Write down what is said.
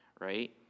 right